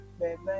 baby